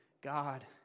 God